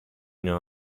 non